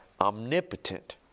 omnipotent